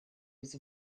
was